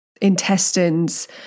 intestines